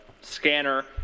scanner